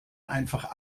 einfach